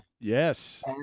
Yes